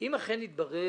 אם אכן יתברר